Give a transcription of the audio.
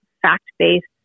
fact-based